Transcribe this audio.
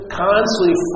constantly